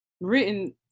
written